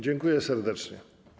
Dziękuję serdecznie.